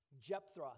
Jephthah